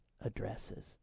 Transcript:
addresses